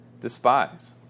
despise